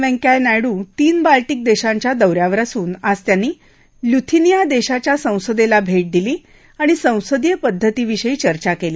व्यंकय्या नायडू तीन बाल्टीक दश्चि्या दौऱ्यावर असून आज त्यांनी लुथिनिया दश्चि्या संसद्धी भद्यदिली आणि संसदीय पद्धतीविषयी चर्चा कल्ली